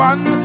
One